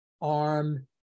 arm